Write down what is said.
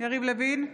יריב לוין,